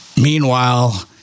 Meanwhile